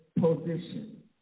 position